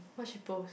what she post